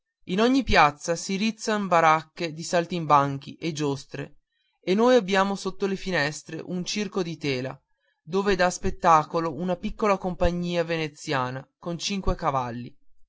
in ogni piazza si rizzan baracche di saltimbanchi e giostre e noi abbiamo sotto le finestre un circo di tela dove dà spettacolo una piccola compagnia veneziana con cinque cavalli